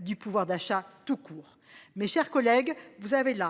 du pouvoir d'achat tout court. Mes chers collègues, telles